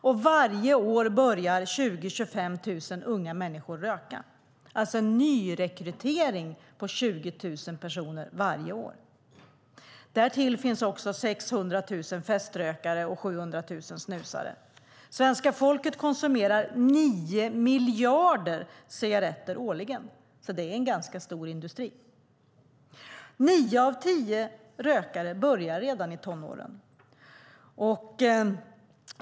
Och varje år börjar 20 000-25 000 unga människor röka. Det är alltså en nyrekrytering på 20 000 personer varje år. Därtill finns 600 000 feströkare och 700 000 snusare. Svenska folket konsumerar nio miljarder cigaretter årligen, så det är en ganska stor industri. Nio av tio rökare börjar redan i tonåren.